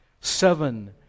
seven